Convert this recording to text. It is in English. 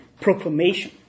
proclamation